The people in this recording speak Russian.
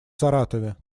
саратове